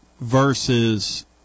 Versus